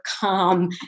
calm